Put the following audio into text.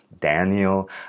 Daniel